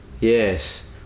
Yes